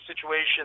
situation